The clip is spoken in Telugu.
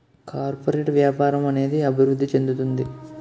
కార్పొరేట్ వ్యాపారం అనేది అభివృద్ధి చెందుతుంది